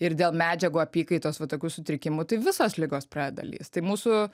ir dėl medžiagų apykaitos va tokių sutrikimų tai visos ligos pradeda lįst tai mūsų